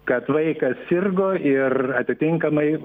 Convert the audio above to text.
kad vaikas sirgo ir atitinkamai